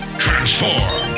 transform